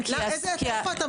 מה, איפה התמריצים?